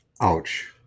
ouch